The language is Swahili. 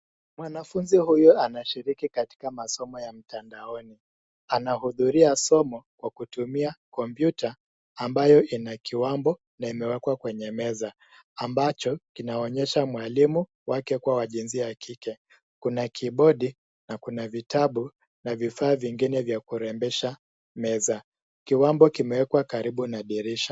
Mwanafunzi huyu anashiriki katika masomo ya mtandaoni. Anahudhuria somo kwa kutumia kompyuta ambayo ina kiwambo na imewekwa kwenye meza ambacho kinaonyesha mwalimu wake kuwa wa jinsia ya kike na kibodi na kuna vitabu na vifaa vingine vya kurembesha meza. Kiwambo kimewekwa karibu na dirisha.